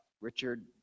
Richard